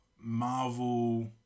Marvel